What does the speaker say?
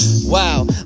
wow